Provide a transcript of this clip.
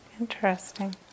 interesting